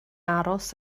aros